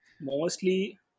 mostly